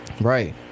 Right